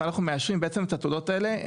ואנחנו מאשרים בעצם את התעודות האלה,